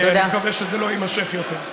אני מקווה שזה לא יימשך יותר.